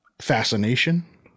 Fascination